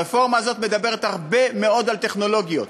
הרפורמה הזאת מדברת הרבה מאוד על טכנולוגיות,